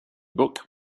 book